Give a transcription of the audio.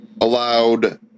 allowed